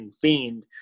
fiend